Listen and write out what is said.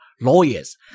lawyers